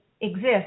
exist